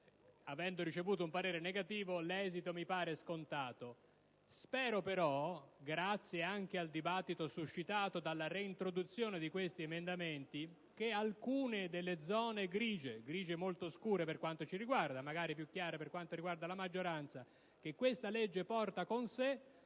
Avendo ricevuto un parere negativo, l'esito mi pare scontato. Spero, però, grazie anche al dibattito scaturito dalla riproposizione di questi emendamenti, che alcune delle zone grigie - molto scure per quanto ci riguarda e magari più chiare per la maggioranza - che questa legge porta con sé